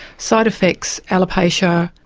side-effects alopecia,